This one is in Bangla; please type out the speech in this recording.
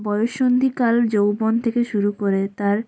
বয়ঃসন্ধিকাল যৌবন থেকে শুরু করে তার